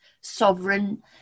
sovereign